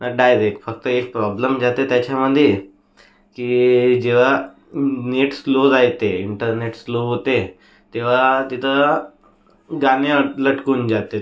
हा डायरेक्ट फक्त एक प्रॉब्लेम जाते त्याच्यामधे की जेव्हा नेट स्लो रहाते इंटरनेट स्लो होते तेव्हा तिथं गाणी लटकून जाते